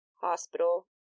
hospital